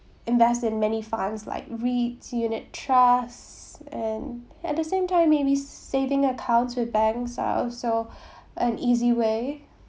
invest in many funds like REITs unit trust and at the same time maybe saving accounts with banks are also an easy way